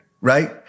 right